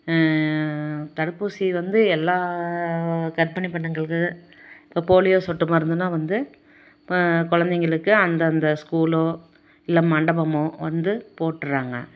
தடுப்பூசி வந்து எல்லா கர்ப்பிணி பெண்ணுங்களுக்கு இப்போ போலியோ சொட்டு மருந்துனால் வந்து இப்போ குழந்தைங்களுக்கு அந்தந்த ஸ்கூலோ இல்லை மண்டபமோ வந்து போட்டுடறாங்க